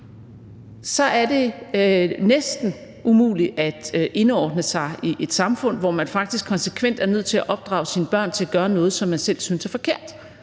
Så er det næsten umuligt at indordne sig i et samfund, når man faktisk konsekvent er nødt til at opdrage sine børn til at gøre noget, som man selv synes er forkert.